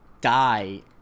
die